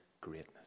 greatness